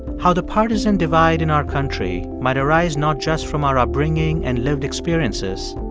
how the partisan divide in our country might arise not just from our upbringing and lived experiences,